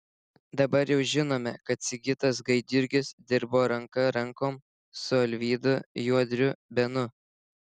dabar jau žinome kad sigitas gaidjurgis dirbo ranka rankon su alvydu juodriu benu